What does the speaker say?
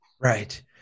Right